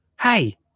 hey